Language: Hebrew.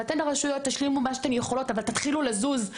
ואתן הרשויות תשלימו מה שאתן יכולות אבל תתחילו לזוז,